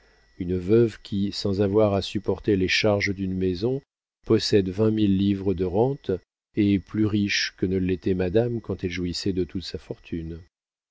une veuve qui sans avoir à supporter les charges d'une maison possède vingt mille livres de rentes est plus riche que ne l'était madame quand elle jouissait de toute sa fortune